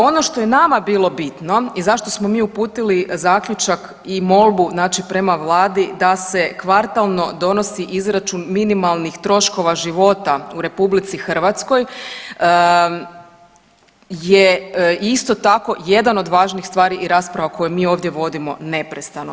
Ono što je nama bilo bitno i zašto smo mi uputili zaključak i molbu znači prema vladi da se kvartalno donosi izračun minimalnih troškova života u RH je isto tako jedan od važnih stvari i rasprava koju mi ovdje vodimo neprestano.